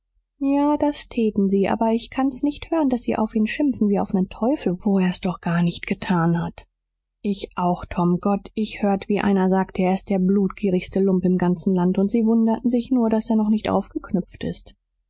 ja das täten sie aber ich kann's nicht hören daß sie auf ihn schimpfen wie auf nen teufel wo er's doch gar nicht getan hat ich auch tom gott ich hört wie einer sagte er ist der blutgierigste lump im ganzen land und sie wunderten sich nur daß er noch nicht aufgeknüpft ist